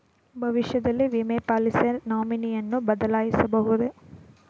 ಭವಿಷ್ಯದಲ್ಲಿ ವಿಮೆ ಪಾಲಿಸಿಯ ನಾಮಿನಿಯನ್ನು ಬದಲಾಯಿಸಬಹುದೇ?